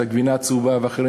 את הגבינה הצהובה ואחרים